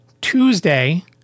Tuesday